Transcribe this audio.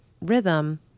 rhythm